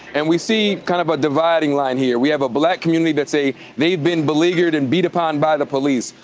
and we see kind of a dividing line here. we have a black community that's say they've been beleaguered and beat upon by the police.